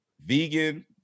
Vegan